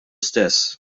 stess